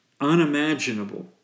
unimaginable